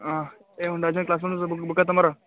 ಹಾಂ ಏ one dozen class notes book ಬುಕ್ಕ ತೊಂಬಾರೋ